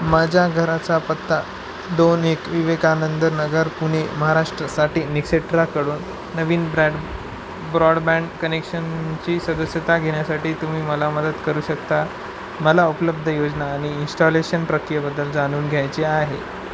माझ्या घराचा पत्ता दोन एक विवेकानंद नगर पुणे महाराष्ट्रसाठी निक्सेट्राकडून नवीन ब्रॅड ब्रॉडबँड कनेक्शनची सदस्यता घेण्यासाठी तुम्ही मला मदत करू शकता मला उपलब्ध योजना आणि इन्स्टॉलेशन प्रक्रियेबद्दल जाणून घ्यायचे आहे